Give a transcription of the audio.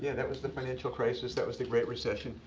that was the financial crisis, that was the great recession,